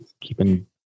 Keeping